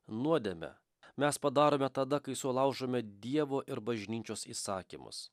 nuodėmę mes padarome tada kai sulaužome dievo ir bažnyčios įsakymus